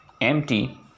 empty